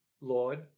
Lord